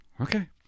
Okay